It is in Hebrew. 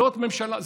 זאת ממשלה,